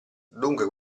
dunque